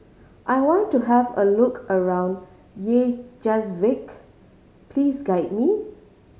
I want to have a look around Reykjavik please guide me